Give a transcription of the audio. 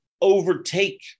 overtake